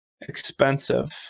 expensive